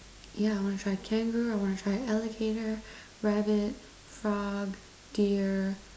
yeah I want to try kangaroo I want to try alligator rabbit frog deer